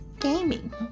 gaming